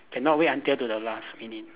cannot wait until to the last minute